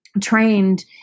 trained